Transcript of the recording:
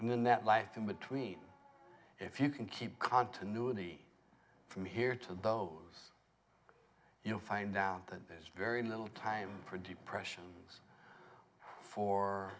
in that life in between if you can keep continuity from here to those you find out that there's very little time for depressions for